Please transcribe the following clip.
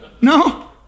No